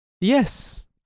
Yes